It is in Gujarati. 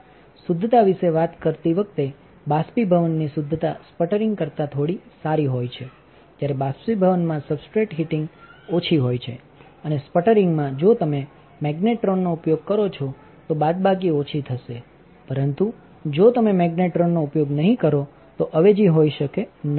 શુદ્ધતા વિશે વાત કરતી વખતે બાષ્પીભવનની શુદ્ધતા સ્પટરિંગ કરતા થોડી સારી હોય છે જ્યારે બાષ્પીભવનમાં સબસ્ટ્રેટ હીટિંગ ઓછી હોય છે અને સ્પટરિંગમાં જો તમે મેગ્નેટ્રોનનો ઉપયોગ કરો છો તો બાદબાકીઓછી થશેપરંતુ જો તમે મેગ્નેટ્રોનનો ઉપયોગ નહીં કરો તો અવેજી હોઇ શકે નોંધપાત્ર